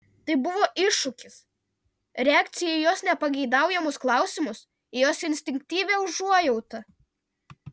tai buvo iššūkis reakcija į jos nepageidaujamus klausimus į jos instinktyvią užuojautą